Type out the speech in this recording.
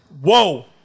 Whoa